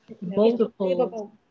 Multiple